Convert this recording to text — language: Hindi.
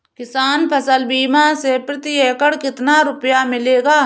किसान फसल बीमा से प्रति एकड़ कितना रुपया मिलेगा?